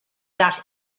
that